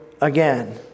again